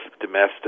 domestic